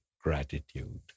gratitude